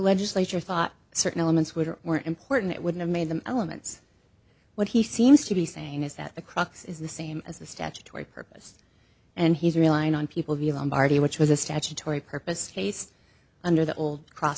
legislature thought certain elements were important it would have made them elements what he seems to be saying is that the crux is the same as the statutory purpose and he's relying on people beyond party which was a statutory purpose placed under the old cross